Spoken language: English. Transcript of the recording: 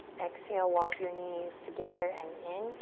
exhale, walk your knees together and in.